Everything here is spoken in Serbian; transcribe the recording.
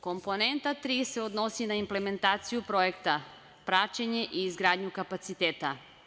Komponenta tri se odnosi na implementaciju projekta, praćenje i izgradnju kapaciteta.